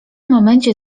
momencie